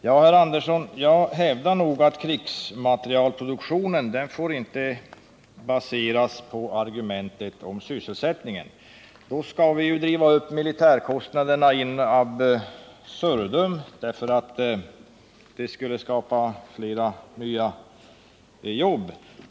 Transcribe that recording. Herr talman! Jag hävdar nog, Sven Andersson, att krigsmaterielproduktionen inte får baseras på argumentet om sysselsättningen. Då skulle vi ju driva upp militärkostnaderna in absurdum för att skapa fler nya jobb.